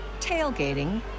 tailgating